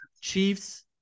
Chiefs